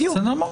בדיוק.